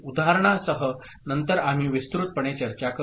उदाहरणासह नंतर आम्ही विस्तृतपणे चर्चा करू